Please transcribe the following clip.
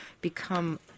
become